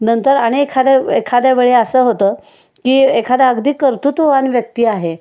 नंतर आणि एखाद्या एखाद्या वेळी असं होतं की एखादा अगदी कर्तृत्ववान व्यक्ती आहे